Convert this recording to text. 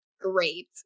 great